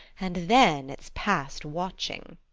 and then it's past watching